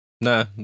No